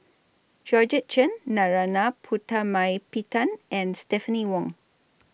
Georgette Chen Narana Putumaippittan and Stephanie Wong